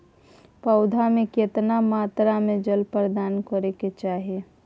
पौधा में केतना मात्रा में जल प्रदान करै के चाही?